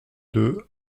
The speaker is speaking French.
deux